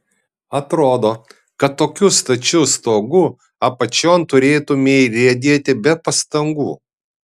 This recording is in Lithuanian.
atrodo kad tokiu stačiu stogu apačion turėtumei riedėti be pastangų